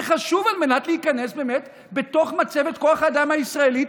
זה חשוב על מנת להיכנס באמת לתוך מצבת כוח האדם הישראלית,